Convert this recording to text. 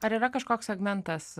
ar yra kažkoks segmentas